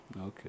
okay